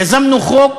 יזמנו חוק